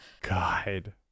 god